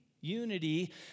Unity